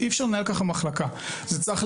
והוא כבר